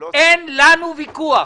אין לנו ויכוח,